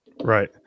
right